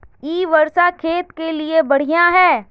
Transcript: इ वर्षा खेत के लिए बढ़िया है?